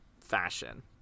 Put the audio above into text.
fashion